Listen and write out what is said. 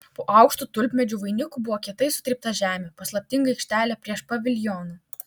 po aukštu tulpmedžių vainiku buvo kietai sutrypta žemė paslaptinga aikštelė prieš paviljoną